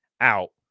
out